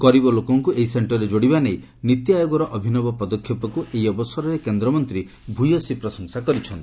ଗରିବ ଲୋକଙ୍କୁ ଏହି ସଣ୍ଟରରେ ଯୋଡିବା ନେଇ ନୀତି ଆୟୋଗର ଅଭିନବ ପଦକ୍ଷେପକ୍ ଏହି ଅବସରରେ କେନ୍ଦ୍ରମନ୍ତୀ ଭ୍ୟସୀ ପ୍ରଶଂସା କରିଛନ୍ତି